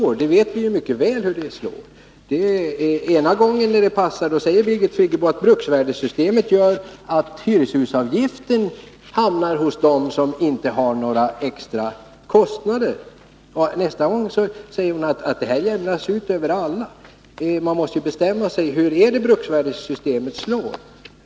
Men, Birgit Friggebo, vi vet ju mycket väl hur det slår. Ena gången, när det passar, säger Birgit Friggebo att bruksvärdessystemet gör att hyreshusavgiften hamnar hos dem som inte har några extra kostnader, och nästa gång säger hon att det här jämnas ut över alla. Man måste ju bestämma sig: Hur är det bruksvärdessystemet slår?